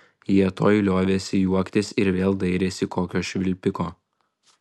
jie tuoj liovėsi juoktis ir vėl dairėsi kokio švilpiko